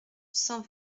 cent